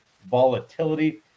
volatility